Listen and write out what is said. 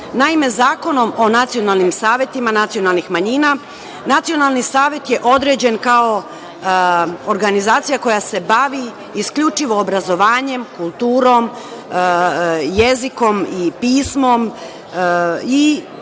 Zakonom o nacionalnim savetima, nacionalnih manjina, nacionalni savet je određen kao organizacija koja se bavi isključivo obrazovanjem, kulturom, jezikom i pismom i pojedinim